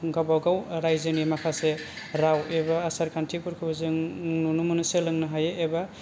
गावबागाव राइजोनि माखासे राव एबा आसार खान्थिफोरखौ जों नुनो मोनो सोलोंनो हायो एबा